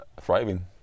thriving